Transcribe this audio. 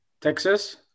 Texas